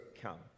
come